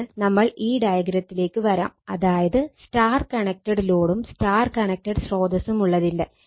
അതിന് നമ്മൾ ഈ ഡയഗ്രത്തിലേക്ക് വരാം അതായത് Y കണക്റ്റഡ് ലോഡും Y കണക്റ്റഡ് സ്രോതസ്സും ഉള്ളതിന്റെ